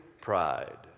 pride